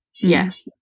Yes